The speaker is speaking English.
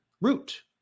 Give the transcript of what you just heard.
Root